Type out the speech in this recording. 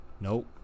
Nope